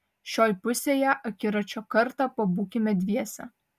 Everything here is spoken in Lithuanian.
šioj pusėje akiračio kartą pabūkime dviese